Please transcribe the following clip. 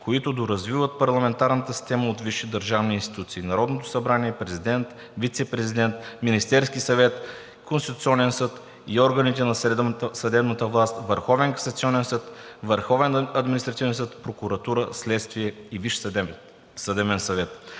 които доразвиват парламентарната система от висши държавни институции: Народното събрание, Президент, Вицепрезидент, Министерски съвет, Конституционен съд и органите на съдебната система, Върховен касационен съд, Върховен административен съд, Прокуратура, Следствие и Висш съдебен съвет,